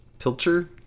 pilcher